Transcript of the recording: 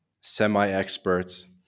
semi-experts